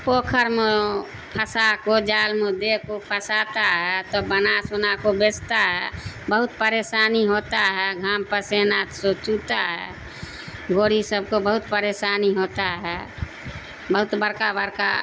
پوکھر میں پھنسا کو جال میں دے کو پھنساتا ہے تو بنا سنا کو بیچتا ہے بہت پریشانی ہوتا ہے گھام پسینہ سو چوتا ہے گوری سب کو بہت پریشانی ہوتا ہے بہت بڑکا بڑکا